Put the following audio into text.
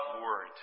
word